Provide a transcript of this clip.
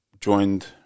joined